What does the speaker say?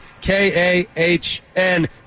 K-A-H-N